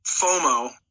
FOMO